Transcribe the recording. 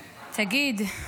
תגיד,